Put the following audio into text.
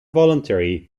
voluntary